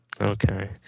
okay